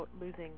losing